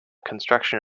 construction